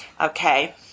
Okay